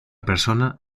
persona